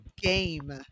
game